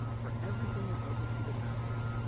for everything that okcupid asks you,